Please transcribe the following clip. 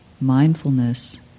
mindfulness